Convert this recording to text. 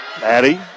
Maddie